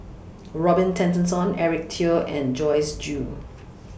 Robin Tessensohn Eric Teo and Joyce Jue